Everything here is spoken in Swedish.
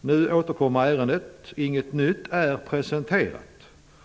Nu återkommer ärendet. Inget nytt har presenterats.